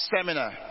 seminar